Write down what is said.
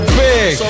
big